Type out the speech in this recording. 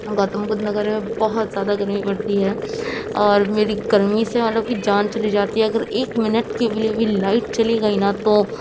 گوتم بدھ نگر میں بہت زیادہ گرمی پرتی ہے اور میری گرمی سے مطلب کہ جان چلی جاتی ہے اگر ایک منٹ کے بھی لیے بھی لائٹ چلی گئی نا تو